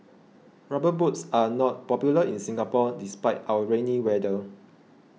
rubber boots are not popular in Singapore despite our rainy weather